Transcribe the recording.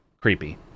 creepy